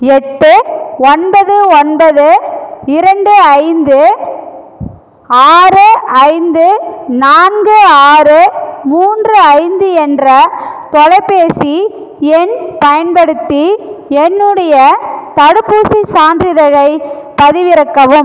எட்டு ஒன்பது ஒன்பது இரண்டு ஐந்து ஆறு ஐந்து நான்கு ஆறு மூன்று ஐந்து என்ற தொலைபேசி எண் பயன்படுத்தி என்னுடைய தடுப்பூசிச் சான்றிதழைப் பதிவிறக்கவும்